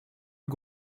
you